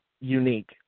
unique